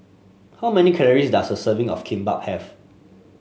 how many calories does a serving of Kimbap have